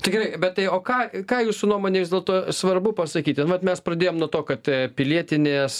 tai gerai bet tai o ką ką jūsų nuomone vis dėlto svarbu pasakyti nu vat mes pradėjom nuo to kad a pilietinės